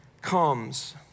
comes